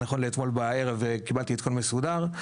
נכון לאתמול בערב, קיבלתי עדכון מסודר.